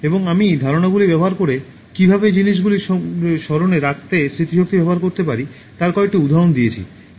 এবং আমি ধারণাগুলি ব্যবহার করে কীভাবে জিনিসগুলি স্মরণে রাখতে স্মৃতিশক্তি ব্যবহার করতে পারি তার কয়েকটি উদাহরণ দিয়েছি